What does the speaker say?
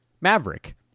Maverick